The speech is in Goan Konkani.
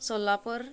सोलोपूर